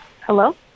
Hello